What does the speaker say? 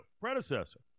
Predecessor